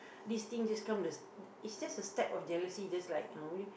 this thing just come the is just a step of jealousy just like uh what do you~